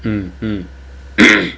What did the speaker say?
mm mm